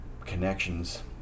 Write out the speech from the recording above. connections